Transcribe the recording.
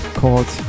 called